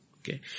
Okay